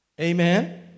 Amen